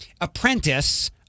apprentice